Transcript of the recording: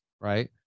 right